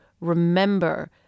remember